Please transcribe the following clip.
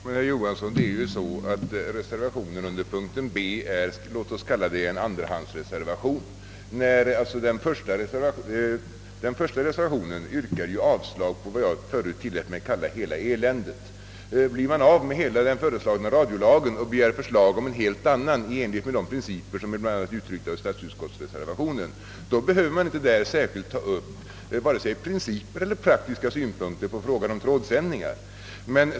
Herr talman! Jo, herr Johansson i Trollhättan, reservationen under B kan betecknas som en andrahandsreservation. Den första reservationen yrkar avslag på vad jag förut tillät mig att kalla »hela eländet». Blir man av med hela den föreslagna radiolagen och begär förslag om en helt annan i enlighet med de principer som bl.a. finns uttryckta i statsutskottsreservationen, då behöver man där inte särskilt ta upp vare sig principer eller praktiska synpunkter på frågan om trådsändningen.